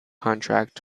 contract